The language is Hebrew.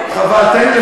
חבל.